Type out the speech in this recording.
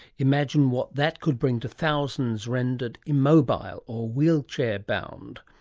imagine what that could bring to thousands rendered immobile or wheelchair bound.